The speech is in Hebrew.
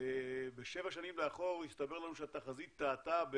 בשבע שנים לאחור הסתבר לנו שהתחזית טעתה,